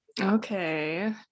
okay